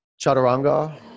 chaturanga